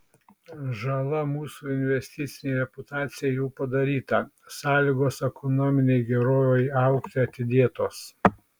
žala mūsų investicinei reputacijai jau padaryta sąlygos ekonominei gerovei augti atidėtos